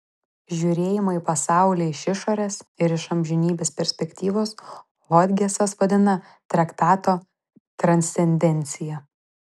žiūrėjimą į pasaulį iš išorės ir iš amžinybės perspektyvos hodgesas vadina traktato transcendencija